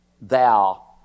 thou